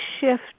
shift